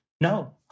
no